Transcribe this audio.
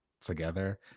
together